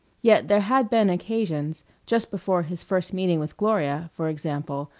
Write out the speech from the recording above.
yet there had been occasions just before his first meeting with gloria, for example,